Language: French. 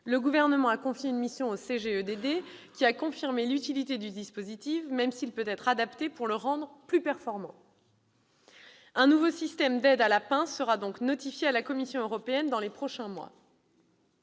Le Gouvernement a confié une mission au CGEDD, qui a confirmé l'utilité du dispositif, même si celui-ci peut être adapté pour devenir plus performant. Un nouveau système d'aides à la pince sera donc notifié à la Commission européenne dans les prochains mois.